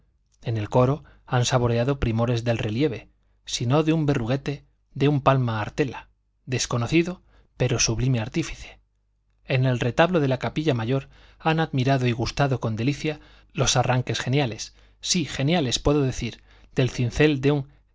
en el coro han saboreado primores del relieve si no de un berruguete de un palma artela desconocido pero sublime artífice en el retablo de la capilla mayor han admirado y gustado con delicia los arranques geniales sí geniales puedo decir del cincel de un